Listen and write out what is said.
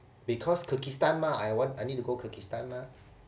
because kyrgyzstan mah I want I need to go kyrgyzstan mah